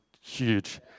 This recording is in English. huge